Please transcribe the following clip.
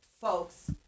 folks